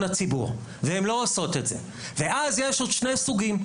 הציבור והם לא עושות את זה ואז יש עוד שני סוגים,